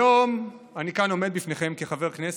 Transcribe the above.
היום אני כאן עומד בפניכם כחבר כנסת,